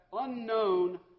unknown